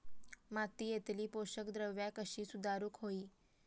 मातीयेतली पोषकद्रव्या कशी सुधारुक होई?